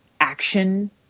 action